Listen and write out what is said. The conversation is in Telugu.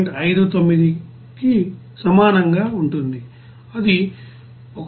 59 కు సమానంగా ఉంటుంది అది 11